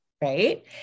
right